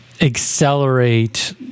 accelerate